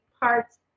parts